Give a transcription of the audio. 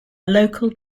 local